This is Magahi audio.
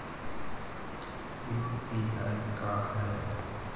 यु.पी.आई का है?